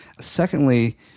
Secondly